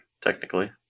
Technically